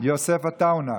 ויוסף עטאונה.